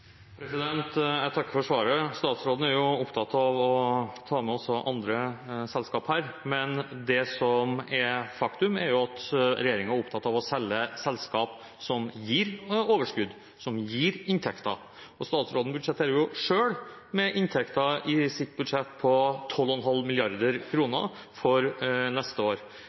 Jeg takker for svaret. Statsråden er opptatt av å ta med også andre selskaper her. Men det som er et faktum, er at regjeringen er opptatt av å selge selskap som gir overskudd – som gir inntekter. Statsråden budsjetterer selv med inntekter i sitt budsjett på 12,5 mrd. kr for neste år.